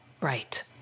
Right